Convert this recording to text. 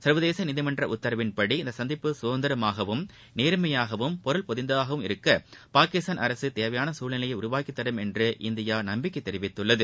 சர்வதேச நீதிமன்ற உத்தரவுபடி இந்த சந்திப்பு சுதந்திரமாகவும் நேர்மையாகவும் பொருள் பொதிந்ததாகவும் இருக்க பாகிஸ்தான் அரசு தேவையான சூழ்நிலையை உருவாக்கித்தரும் என்று இந்தியா நம்பிக்கை தெரிவித்துள்ளது